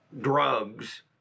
drugs